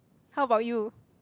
how about you